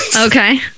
Okay